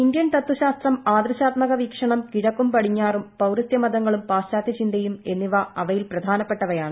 Indian തത്ത്വശാസ്ത്രം ആദർശാത്മകവീക്ഷണം കിഴക്കും പടിഞ്ഞാറും പൌരസ്തൃമതങ്ങളും പാശ്ചാതൃ ചിന്തയും എന്നിവ അവയിൽ പ്രധാനപ്പെട്ടവയാണ്